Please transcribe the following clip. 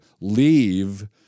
leave